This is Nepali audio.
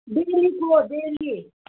बिजुलीको डेली